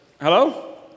hello